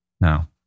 Now